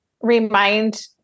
remind